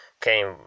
came